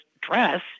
dress